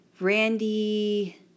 Randy